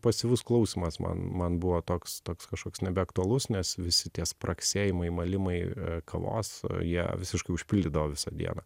pasyvus klausymas man man buvo toks toks kažkoks nebeaktualus nes visi tie spragsėjimai malimai kavos jie visiškai užpildydavo visą dieną